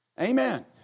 Amen